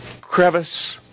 crevice